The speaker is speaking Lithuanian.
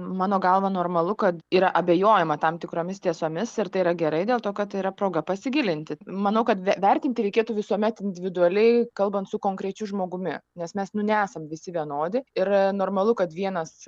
mano galva normalu kad yra abejojama tam tikromis tiesomis ir tai yra gerai dėl to kad tai yra proga pasigilinti manau kad vertinti reikėtų visuomet individualiai kalbant su konkrečiu žmogumi nes mes nu nesam visi vienodi ir normalu kad vienas